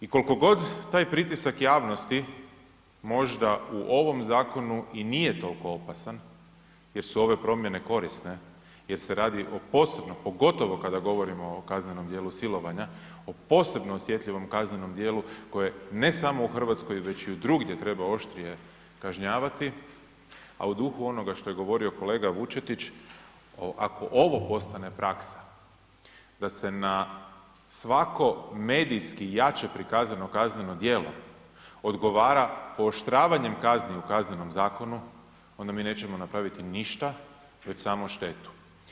I koliko god taj pritisak javnosti možda u ovom zakonu i nije toliko opasan jer su ove promjene korisne, jer se radi o posebnom, pogotovo kada govorimo o kaznenom djelu silovanja, o posebno osjetljivom kaznenom djelu koje ne samo u Hrvatskoj već i drugdje oštrije kažnjavati, a u duhu onoga što je govorio kolega Vučetić, ako ovo postane praksa da se na svako medijski jače prikazano kazneno djelo odgovara pooštravanjem kazni u Kaznenom zakonu onda mi nećemo napraviti ništa već samo štetu.